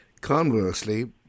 Conversely